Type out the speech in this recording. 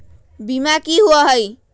बीमा की होअ हई?